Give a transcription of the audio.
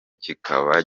kikaba